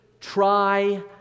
try